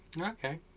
Okay